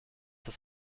das